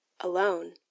alone